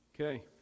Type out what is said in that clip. okay